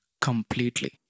completely